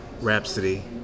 Rhapsody